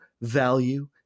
value